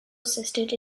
assisted